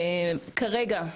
כרגע,